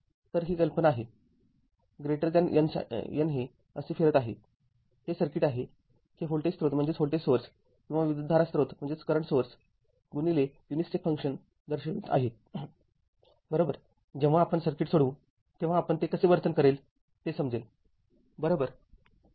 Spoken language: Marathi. तर ही कल्पना आहे n हे असे फिरत आहे हे सर्किट आहे हे व्होल्टेज स्रोत किंवा विद्युतधारा स्रोत गुणिले युनिस्टेप फंक्शन दर्शवित आहे बरोबर जेव्हा आपण सर्किट सोडवू तेव्हा आपणास ते कसे वर्तन करेल ते समजेल बरोबर